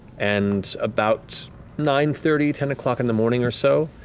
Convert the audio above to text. and about nine thirty, ten o'clock in the morning or so,